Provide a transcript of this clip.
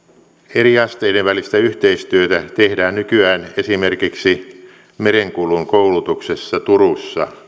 eri asteiden välistä yhteistyötä tehdään nykyään esimerkiksi merenkulun koulutuksessa turussa